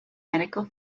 medical